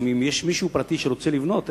גם אם יש מישהו פרטי שרוצה לבנות,